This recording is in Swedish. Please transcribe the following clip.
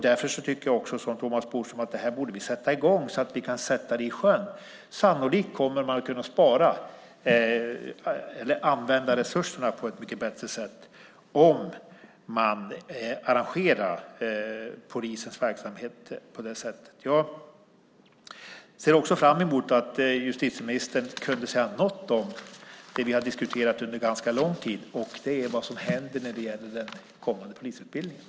Därför tycker jag också som Thomas Bodström att vi borde påbörja detta så att vi kan sätta detta i sjön. Sannolikt kommer man att kunna använda resurserna på ett mycket bättre sätt om man arrangerar polisens verksamhet på det sättet. Jag ser också fram emot att justitieministern kan säga något om det som vi har diskuterat under ganska lång tid, och det är vad som händer när det gäller den kommande polisutbildningen.